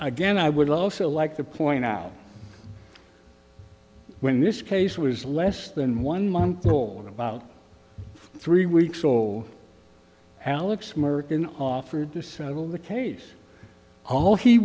again i would also like to point out when this case was less than one month old about three weeks alex merton offered to settle the case all he